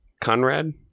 conrad